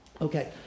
Okay